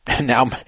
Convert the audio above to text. now